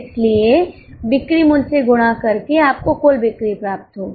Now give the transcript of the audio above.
इसलिए बिक्री मूल्य से गुणा करके आपको कुल बिक्री प्राप्त होगी